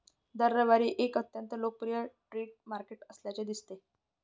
दर रविवारी एक अत्यंत लोकप्रिय स्ट्रीट मार्केट असल्याचे दिसते